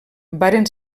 varen